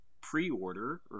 pre-order